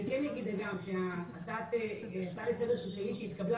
אני כן אגיד שההצעה לסדר שלי שהתקבלה